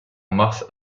mars